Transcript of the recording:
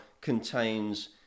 contains